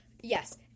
yes